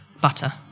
Butter